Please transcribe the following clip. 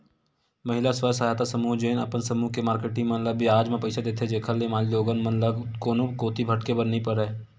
महिला स्व सहायता समूह जेन अपन समूह के मारकेटिंग मन ल बियाज म पइसा देथे, जेखर ले माईलोगिन मन ल कोनो कोती भटके बर नइ परय